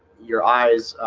your eyes